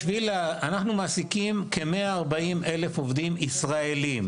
אנחנו מעסיקים כ-140,000 עובדים ישראלים.